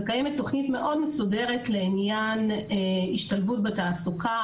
קיימת תוכנית מאוד מסודרת לעניין השתלבות בתעסוקה,